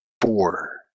Four